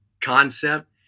concept